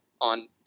on